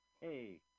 Hey